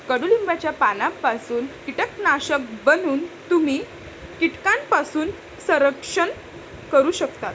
कडुलिंबाच्या पानांपासून कीटकनाशक बनवून तुम्ही कीटकांपासून संरक्षण करू शकता